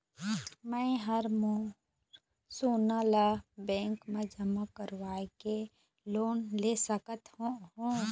मैं हर मोर सोना ला बैंक म जमा करवाके लोन ले सकत हो?